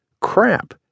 crap